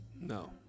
No